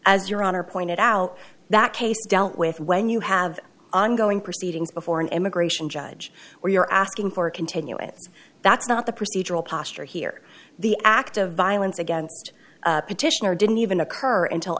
as your honor pointed out that case dealt with when you have ongoing proceedings before an immigration judge where you're asking for a continuance that's not the procedural posture here the act of violence against petitioner didn't even occur until